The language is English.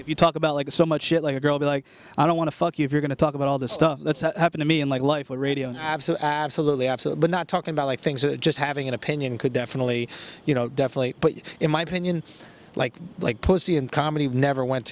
if you talk about like a so much shit like a girl be like i don't want to fuck you if you're going to talk about all the stuff that's happened to me in my life or radio absolutely absolutely not talking about like things are just having an opinion could definitely you know definitely but in my opinion like like pussy and comedy we never went